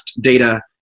data